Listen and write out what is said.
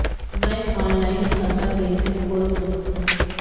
मैं ऑनलाइन खाता कइसे खोल सकथव?